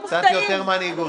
פתטיות, קצת יותר מנהיגות.